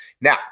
Now